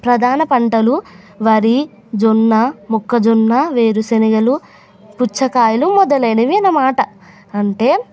ప్రధాన పంటలు వరి జొన్న మొక్కజొన్న వేరుశనగలు పుచ్చకాయలు మొదలైనవి అన్నమాట అంటే